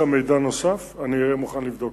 3. אם כן, מדוע ניתנה ההוראה להסיר את